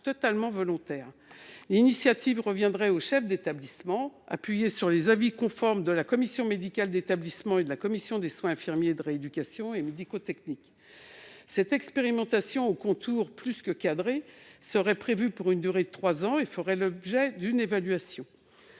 totalement volontaire. L'initiative en reviendrait au chef d'établissement, s'appuyant sur les avis conformes de la commission médicale d'établissement et de la commission des soins infirmiers, de rééducation et médico-techniques. Cette expérimentation aux contours très bien définis serait prévue pour une durée de trois ans et ferait l'objet d'une évaluation.